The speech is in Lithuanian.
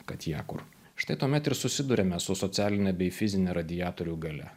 kad ją kur štai tuomet ir susiduriame su socialine bei fizine radiatorių galia